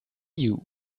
you